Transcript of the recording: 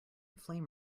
flame